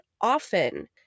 often